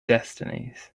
destinies